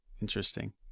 Interesting